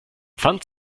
pfand